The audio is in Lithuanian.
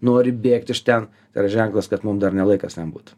nori bėgt iš ten yra ženklas kad mums dar nelaikas ten būt